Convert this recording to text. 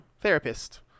therapist